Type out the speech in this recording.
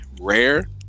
rare